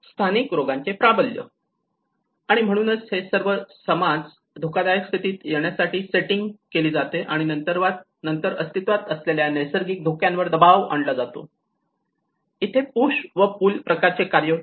स्थानिक रोगांचे प्राबल्य आणि म्हणूनच हे सर्व समाज धोकादायक स्थितीत येण्यासाठी सेटिंग केली जाते आणि नंतर अस्तित्वात असलेल्या नैसर्गिक धोक्यावर दबाव आणला जातो आणि इथे पुश व पूल प्रकारचे कार्य होते